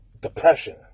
Depression